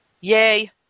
Yay